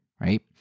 right